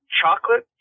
chocolate